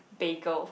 bagel